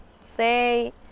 say